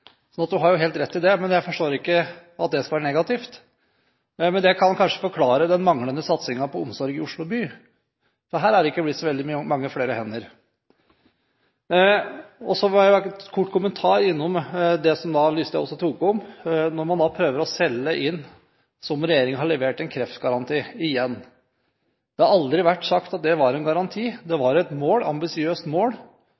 har helt rett i det, men jeg forstår ikke at det skal være negativt. Men det kan kanskje forklare den manglende satsingen på omsorg i Oslo by, for her er det ikke blitt så mange flere hender. Så må jeg gi en kort kommentar til det som Listhaug også tok opp, at man igjen prøver å selge inn at regjeringen har levert en kreftgaranti. Det har aldri vært sagt at det var en garanti. Det